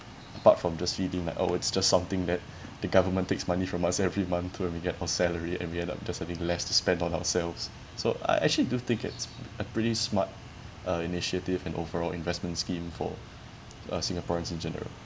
but from just feeding like oh it's just something that the government takes money from us every month when we get our salary and we end up just having less to spend on ourselves so I actually do think it's a pretty smart uh initiative and overall investment scheme for uh singaporeans in general